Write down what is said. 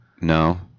No